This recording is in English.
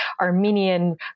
Armenian